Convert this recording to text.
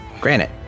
Granite